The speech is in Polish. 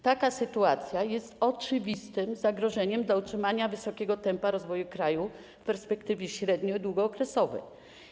Taka sytuacja jest oczywistym zagrożeniem utrzymania wysokiego tempa rozwoju kraju w perspektywie średnio- i długookresowej.